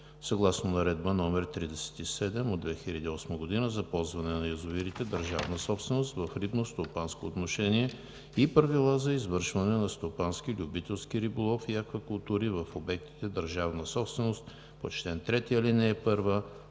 съгласно Наредба № 37 от 2008 г. за ползване на язовирите – държавна собственост, в рибностопанско отношение и правила за извършване на стопански и любителски риболов и аквакултури в обектите – държавна собственост, по чл. 3, ал. 1 от Закона